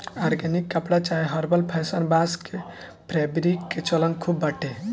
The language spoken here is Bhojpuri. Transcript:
ऑर्गेनिक कपड़ा चाहे हर्बल फैशन, बांस के फैब्रिक के चलन खूब बाटे